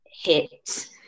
hit